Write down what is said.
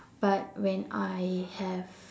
but when I have